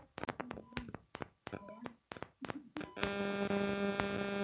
आलू के बार और कोन मोटर से पटइबै?